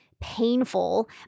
Painful